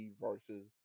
versus